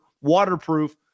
waterproof